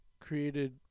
created